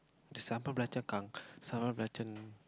the sambal belacan sambal belacan